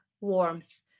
warmth